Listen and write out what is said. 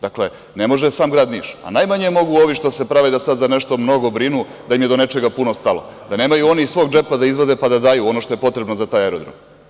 Dakle, ne može sam grad Niš, a najmanje mogu ovi što se prave da sada nešto mnogo brinu, da im je do nečega puno stalo, da nemaju oni iz svog džepa da izvade pa da daju ono što je potrebno za taj aerodrom?